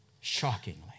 Shockingly